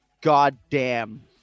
goddamn